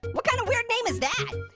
what kind of weird name is that?